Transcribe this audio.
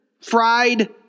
fried